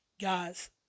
Guys